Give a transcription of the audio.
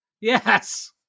yes